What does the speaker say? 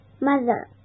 Mother